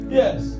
yes